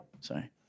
Sorry